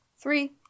Three